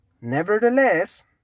Nevertheless